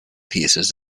pieces